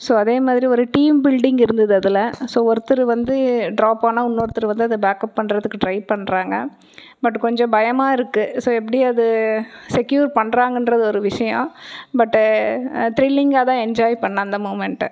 so அதே மாதிரி ஒரு டீம் பில்ட்டிங் இருந்துது அதில் ஸோ ஒருத்தர் வந்து ட்ராப் ஆனால் இன்னொருத்தர் வந்து அதை பேக்கப் பண்ணுறதுக்கு ட்ரை பண்ணுறாங்க பட்டு கொஞ்சம் பயமாக இருக்கு ஸோ எப்படி அது செக்யூர் பண்ணுறாங்கன்றது ஒரு விஷயம் பட்டு த்ரில்லிங்காக தான் என்ஜாய் பண்ணேன் அந்த மொமெண்ட்டை